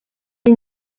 les